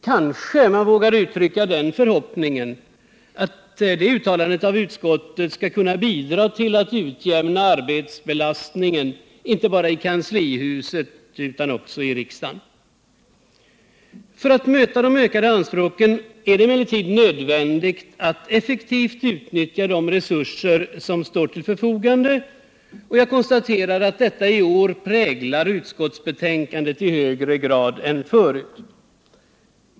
Kanske man vågar uttrycka den förhoppningen att detta uttalande av utskottet skall bidra till att utjämna arbetsbelastningen inte bara i kanslihuset utan också i riksdagen. För att möta de ökade anspråken är det emellertid nödvändigt att effektivt utnyttja de resurser som står till förfogande, och jag konstaterar att detta i år präglar utskottets betänkande i högre grad än förut.